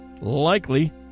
Likely